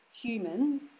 humans